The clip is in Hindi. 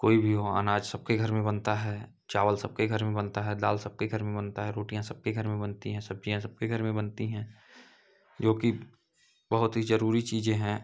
कोई भी हो अनाज सबके घर में बनता है चावल सबके घर में बनता है दाल सबके घर में बनती है रोटियाँ सबके घर में बनती हैं सब्ज़ियाँ सबके घर में बनती हैं जोकि बहुत ही ज़रूरी चीज़ें हैं